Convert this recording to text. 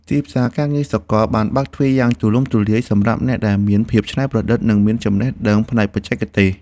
ទីផ្សារការងារសកលបានបើកទ្វារយ៉ាងទូលំទូលាយសម្រាប់អ្នកដែលមានភាពច្នៃប្រឌិត និងមានចំណេះដឹងផ្នែកបច្ចេកទេស។